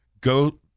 go